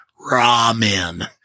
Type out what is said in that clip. Ramen